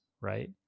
right